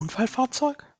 unfallfahrzeug